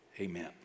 Amen